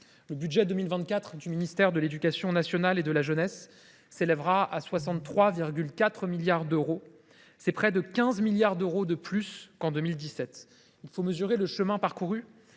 le budget pour 2024 du ministère de l’éducation nationale et de la jeunesse s’élèvera à 63,4 milliards d’euros, soit près de 15 milliards d’euros de plus qu’en 2017. Il faut mesurer le chemin parcouru.